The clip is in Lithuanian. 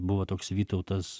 buvo toks vytautas